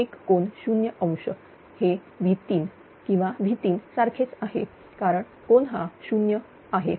तर 5001051∠0° हे V3किंवा V3 सारखेच आहे कारण कोन हा 0 आहे